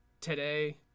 today